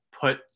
put